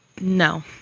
no